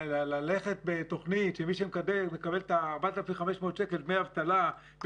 ללכת בתוכנית שבה מי שמקבל את דמי האבטלה של 4,500